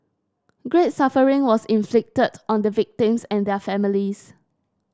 great suffering was inflicted on the victims and their families